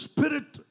Spirit